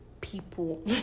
people